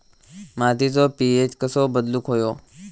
मातीचो पी.एच कसो बदलुक होयो?